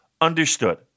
Understood